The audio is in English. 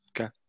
Okay